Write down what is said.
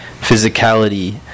physicality